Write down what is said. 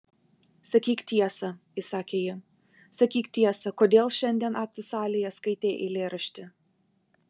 sakyk tiesą įsakė ji sakyk tiesą kodėl šiandien aktų salėje skaitei eilėraštį